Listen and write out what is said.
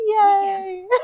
Yay